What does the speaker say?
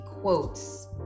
quotes